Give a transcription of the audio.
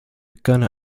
gunner